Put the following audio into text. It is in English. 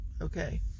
Okay